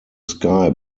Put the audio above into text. sky